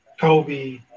Kobe